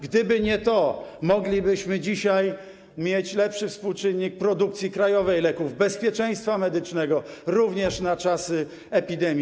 Gdyby nie to, moglibyśmy dzisiaj mieć lepszy współczynnik produkcji krajowej leków, bezpieczeństwa medycznego, również na czasy epidemii.